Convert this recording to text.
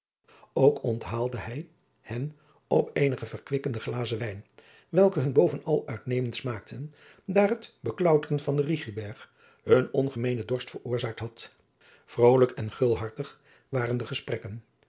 ook onthaalde hij hen op eenige verkwikkende glazen wijn welke hun bovenal uitnemend smaakten daar het beklauteren van den rigiberg hun ongemeenen dorst veroorzaakt had vrolijk en gulhartig waren de gesprekken